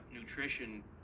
nutrition